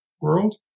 world